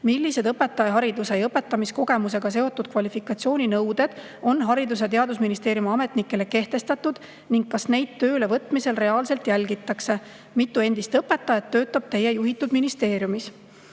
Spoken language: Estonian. Millised õpetajahariduse ja õpetamiskogemusega seotud kvalifikatsiooninõuded on Haridus- ja Teadusministeeriumi ametnikele kehtestatud ning kas neid tööle võtmisel reaalselt järgitakse? Mitu endist õpetajat töötab Teie juhitud ministeeriumis?"